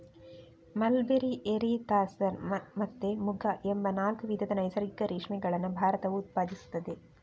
mulberry, eri, tasar ಮತ್ತೆ ಮುಗ ಎಂಬ ನಾಲ್ಕು ವಿಧದ ನೈಸರ್ಗಿಕ ರೇಷ್ಮೆಗಳನ್ನ ಭಾರತವು ಉತ್ಪಾದಿಸ್ತದೆ